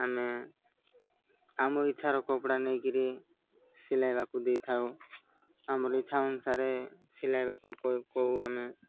ଆମେ ଆମ ଇଚ୍ଛାର କପଡ଼ା ନେଇକିରି ସିଲାଇବାକୁ ଦେଇଥାଉ ଆମର ଇଚ୍ଛା ଅନୁସାରେ ସିଲାଇବାକୁ କହୁ ଆମେ